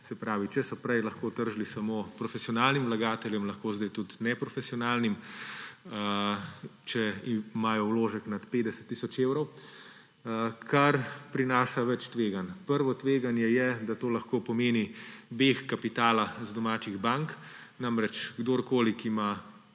Se pravi, če so prej lahko tržili samo profesionalnim vlagateljem, lahko zdaj tudi neprofesionalnim, če imajo vložek nad 50 tisoč evrov, kar prinaša več tveganj. Prvo tveganje je, da to lahko pomeni beg kapitala iz domačih bank. Namreč kdorkoli, ki ima